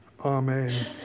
Amen